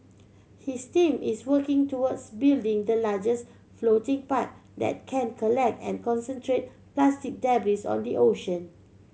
his team is working towards building the largest floating pipe that can collect and concentrate plastic debris on the ocean